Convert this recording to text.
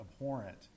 abhorrent